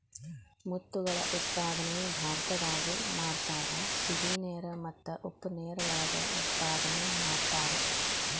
ಮುತ್ತುಗಳ ಉತ್ಪಾದನೆ ಭಾರತದಾಗು ಮಾಡತಾರ, ಸಿಹಿ ನೇರ ಮತ್ತ ಉಪ್ಪ ನೇರ ಒಳಗ ಉತ್ಪಾದನೆ ಮಾಡತಾರ